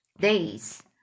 days